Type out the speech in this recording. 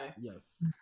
Yes